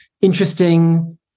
interesting